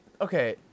okay